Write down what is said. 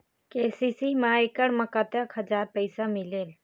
KCC मा एकड़ मा कतक हजार पैसा मिलेल?